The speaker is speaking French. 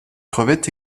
crevette